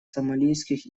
сомалийских